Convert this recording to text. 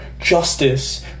justice